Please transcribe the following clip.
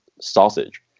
sausage